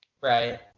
right